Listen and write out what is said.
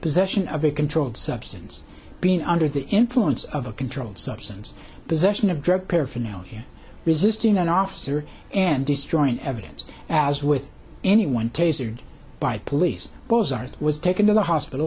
possession of a controlled substance being under the influence of a controlled substance possession of drug paraphernalia resisting an officer and destroying evidence as with anyone tasered by police those art was taken to the hospital